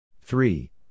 Three